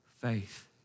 faith